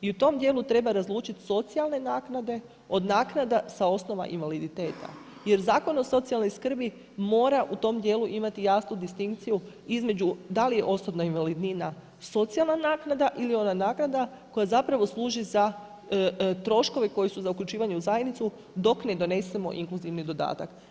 I u tom dijelu treba razlučiti socijalne naknade od naknada sa osnova invaliditeta jer Zakon o socijalnoj skrbi mora u tom dijelu imati jasnu distinkciju između da li je osobna invalidnina socijalna naknada ili je ona naknada koja služi za troškove za uključivanje u zajednicu dok ne donesemo inkluzivni dodatak.